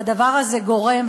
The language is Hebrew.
והדבר הזה גורם,